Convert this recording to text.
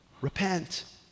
Repent